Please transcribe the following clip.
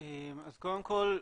קודם כל,